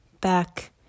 back